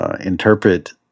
interpret